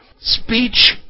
Speech